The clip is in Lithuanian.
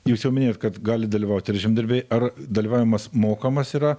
jūs jau minėjot kad gali dalyvauti ir žemdirbiai ar dalyvavimas mokamas yra